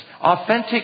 authentic